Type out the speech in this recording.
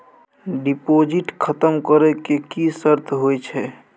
Deposit खतम करे के की सर्त होय छै?